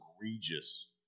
egregious